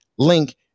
Link